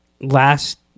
last